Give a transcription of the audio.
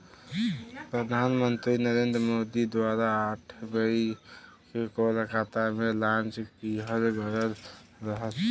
प्रधान मंत्री नरेंद्र मोदी द्वारा आठ मई के कोलकाता में लॉन्च किहल गयल रहल